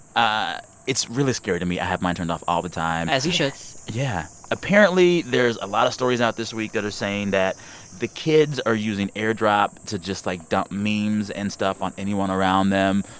ah it's really scary to me. i have mine turned off all the time as you should yes yeah. apparently, there's a lot of stories out this week that are saying that the kids are using airdrop to just, like, dump memes and stuff on anyone around them.